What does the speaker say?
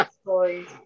stories